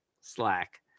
slack